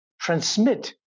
transmit